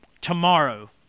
Tomorrow